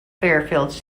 fairfield